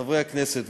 חברי הכנסת,